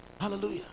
Hallelujah